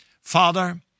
Father